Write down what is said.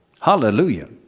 Hallelujah